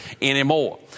anymore